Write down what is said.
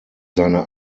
seine